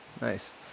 nice